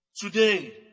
Today